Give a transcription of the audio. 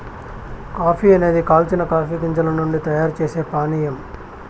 coffee అనేది కాల్చిన coffee గింజల నుండి తయారు చేసే పానీయం